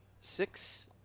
six